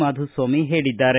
ಮಾಧುಸ್ವಾಮಿ ಹೇಳಿದ್ದಾರೆ